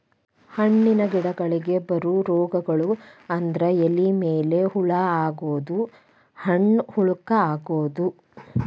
ಹಣ್ಣಿನ ಗಿಡಗಳಿಗೆ ಬರು ರೋಗಗಳು ಅಂದ್ರ ಎಲಿ ಮೇಲೆ ಹೋಲ ಆಗುದು, ಹಣ್ಣ ಹುಳಕ ಅಗುದು